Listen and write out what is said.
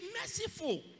merciful